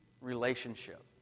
relationship